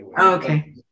okay